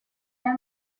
nel